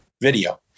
video